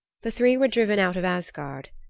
the three were driven out of asgard.